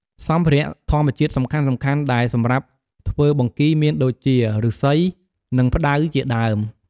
សម្ភារៈធម្មជាតិសំខាន់ៗដែលសម្រាប់ធ្វើបង្គីមានដូចជា ឫស្សី និងផ្តៅជាដើម។